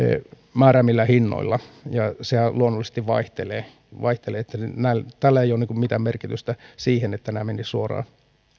määräämillä hinnoilla ja nehän luonnollisesti vaihtelevat vaihtelevat tällä ei ole mitään sellaista merkitystä että nämä menisivät suoraan